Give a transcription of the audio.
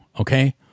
Okay